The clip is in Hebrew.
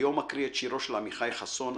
היום אקרא את שירו של עמיחי חסון,